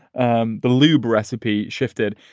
um the lube recipe shifted.